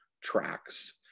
tracks